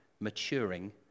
maturing